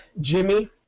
Jimmy